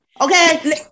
Okay